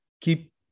keep